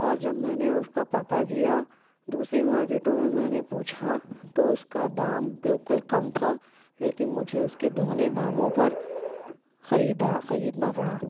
اور جب میں نے اس کا پتہ کیا دوسری مارکیٹوں میں میں نے پوچھا تو اس کا دام بالکل کم تھا لیکن مجھے اس کے دوگنے داموں پر خریدا خریدنا پڑا